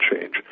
change